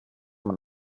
man